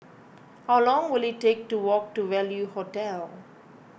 how long will it take to walk to Value Hotel